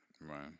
Right